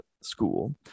school